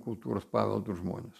kultūros paveldu žmonės